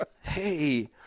Hey